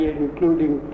including